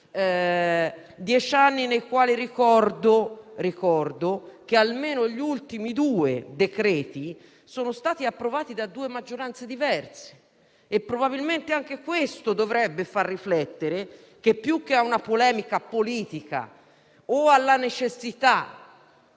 e anni nei quali ricordo che, almeno gli ultimi due decreti, sono stati approvati da due maggioranze diverse. Probabilmente, anche questo dovrebbe far riflettere sul fatto che, più che dedicarsi a una polemica politica o alla necessità,